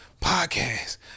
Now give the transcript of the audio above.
podcast